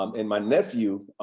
um and my nephew,